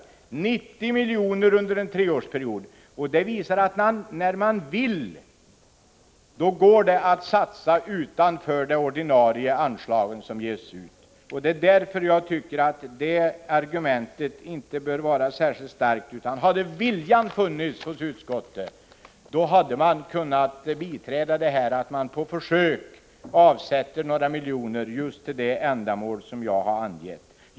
90 miljoner under en treårsperiod! Detta visar att det när man vill går att satsa utanför de ordinarie anslag som ges. Jag tycker därför att det åberopade argumentet inte kan vara särskilt starkt. Hade viljan funnits hos utskottet, hade man kunnat biträda förslaget om att på försök avsätta några miljoner till just det ändamål som jag har angett.